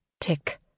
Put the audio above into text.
Tick